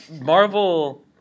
Marvel